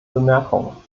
bemerkungen